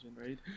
right